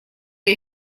для